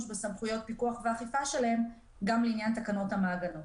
בסמכויות הפיקוח והאכיפה שלהם גם לעניין תקנות המעגנות.